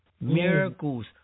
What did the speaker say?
Miracles